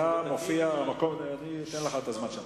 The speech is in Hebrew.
אתה מופיע במקום, אני אתן לך את הזמן שלך.